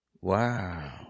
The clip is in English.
wow